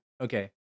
Okay